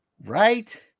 Right